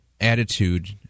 attitude